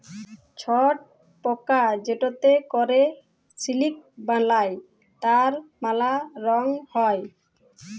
ছট পকা যেটতে ক্যরে সিলিক বালাই তার ম্যালা রগ হ্যয়